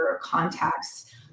contacts